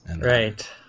Right